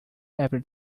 every